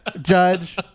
judge